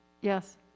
Yes